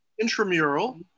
intramural